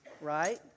right